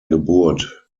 geburt